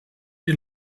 die